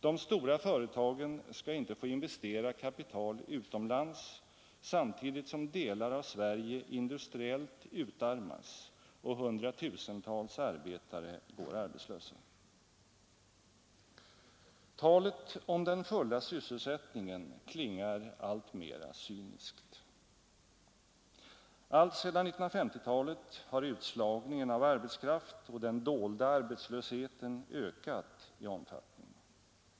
De stora företagen skall inte få investera kapital utomlands samtidigt som delar av Sverige industriellt utarmas och hundratusentals arbetare går arbetslösa. Talet om den fulla sysselsättningen klingar alltmera cyniskt. Alltsedan 1950-talet har utslagningen av arbetskraft och den dolda arbetslösheten ökat i omfattning.